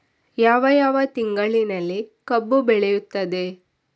ಯಾವ ಯಾವ ತಿಂಗಳಿನಲ್ಲಿ ಕಬ್ಬು ಬೆಳೆಯುತ್ತದೆ?